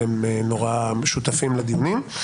והם נורא שותפים לדיונים,